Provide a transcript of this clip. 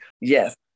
Yes